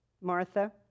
Martha